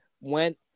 went